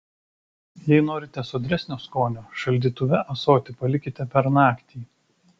jei norite sodresnio skonio šaldytuve ąsotį palikite per naktį